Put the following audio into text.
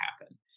happen